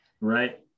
Right